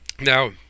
now